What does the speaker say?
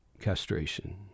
castration